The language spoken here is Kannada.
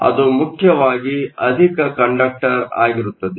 ಅದು ಮುಖ್ಯವಾಗಿ ಅಧಿಕ ಕಂಡಕ್ಟರ್ ಆಗಿರುತ್ತದೆ